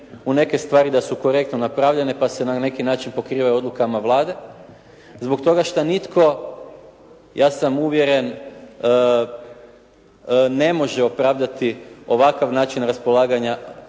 u neke stvari da su korektno napravljene pa se na neki način pokrivaju odlukama Vlade zbog toga što nitko ja sam uvjeren, ne može opravdati ovakav način raspolaganja